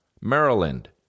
Maryland